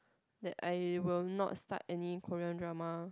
that I will not start any Korean drama